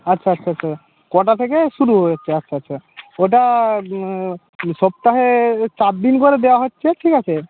আচ্ছা আচ্ছা আচ্ছা কটা থেকে শুরু হয়েছে আচ্ছা আচ্ছা ওটা সপ্তাহে চারদিন করে দেওয়া হচ্ছে ঠিক আছে